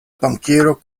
bankiero